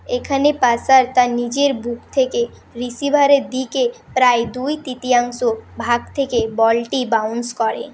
এখানে পাসার তার নিজের বুক থেকে রিসিভারের দিকে প্রায় দুই তৃতীয়াংশ ভাগ থেকে বলটি বাউন্স করে